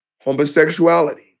homosexuality